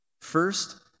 First